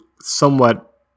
somewhat